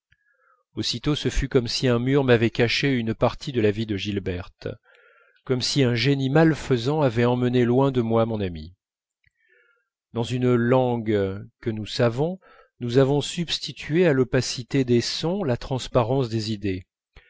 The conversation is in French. aussitôt ce fut comme si un mur m'avait caché une partie de la vie de gilberte comme si un génie malfaisant avait emmené loin de moi mon amie dans une langue que nous savons nous avons substitué à l'opacité des sons la transparence des idées